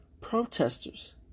protesters